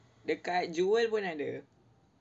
dekat jewel pun ada